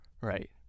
right